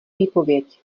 výpověď